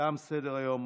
תם סדר-היום.